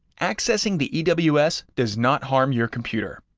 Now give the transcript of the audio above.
accessing the ews does not harm your computer.